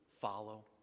follow